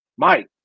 Mike